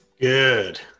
good